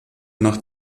nach